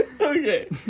Okay